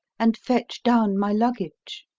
and fetch down my luggage.